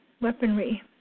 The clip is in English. weaponry